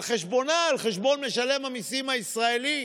על חשבונה, על חשבון משלם המיסים הישראלי.